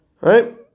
Right